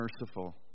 merciful